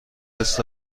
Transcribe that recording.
اورست